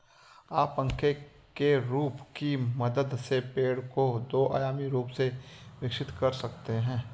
आप पंखे के रूप की मदद से पेड़ को दो आयामी रूप से विकसित कर सकते हैं